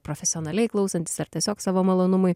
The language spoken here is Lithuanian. profesionaliai klausantis ar tiesiog savo malonumui